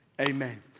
amen